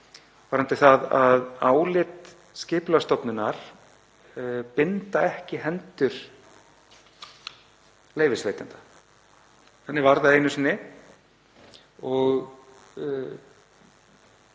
varðandi það að álit Skipulagsstofnunar bindi ekki hendur leyfisveitanda. Þannig var það einu sinni og